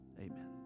Amen